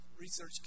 Research